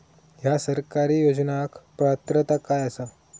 हया सरकारी योजनाक पात्रता काय आसा?